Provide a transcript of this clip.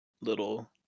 little